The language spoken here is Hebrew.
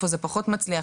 איפה זה פחות מצליח.